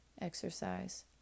exercise